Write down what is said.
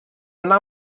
una